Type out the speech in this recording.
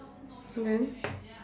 then